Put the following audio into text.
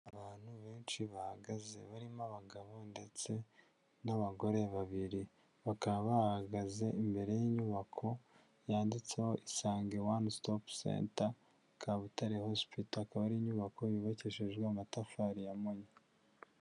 Abantu benshi bahagaze barimo abagabo ndetse n'abagore babiri, bakaba bahagaze imbere y'inyubako yanditseho Isange one stop center Kabutare hospital, akaba ari inyubako yubakishijwe amatafari ya mpunyu.